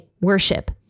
worship